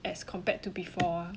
as compared to before lah